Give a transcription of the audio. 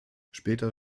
später